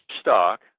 stock